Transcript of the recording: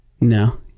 No